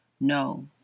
No